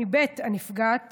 מבית הנפגעת